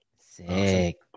Sick